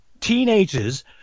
teenagers